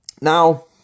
Now